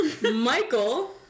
Michael